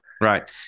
Right